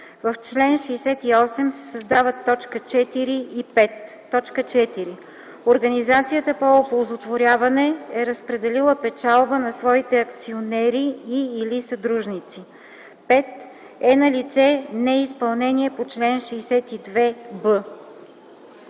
В чл. 68 се създават точки 4 и 5: „4. организацията по оползотворяване е разпределила печалба на своите акционери и/или съдружници; 5. е налице неизпълнение на чл. 62б”.”